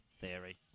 Theory